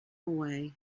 away